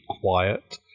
quiet